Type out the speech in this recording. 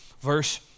verse